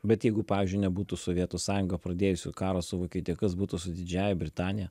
bet jeigu pavyzdžiui nebūtų sovietų sąjunga pradėjusi karo su vokietija kas būtų su didžiąja britanija